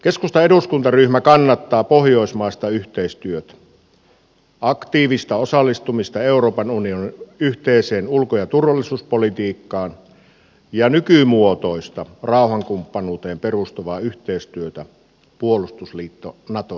keskustan eduskuntaryhmä kannattaa pohjoismaista yhteistyötä aktiivista osallistumista euroopan unionin yhteiseen ulko ja turvallisuuspolitiikkaan ja nykymuotoista rauhankumppanuuteen perustuvaa yhteistyötä puolustusliitto naton kanssa